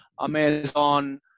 Amazon